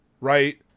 right